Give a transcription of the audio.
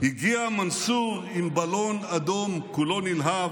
הגיע מנסור עם בלון אדום, כולו נלהב,